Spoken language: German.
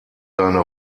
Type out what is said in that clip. seine